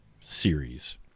series